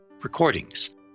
recordings